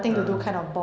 ah